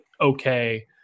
okay